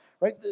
right